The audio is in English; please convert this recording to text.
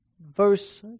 verse